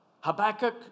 Habakkuk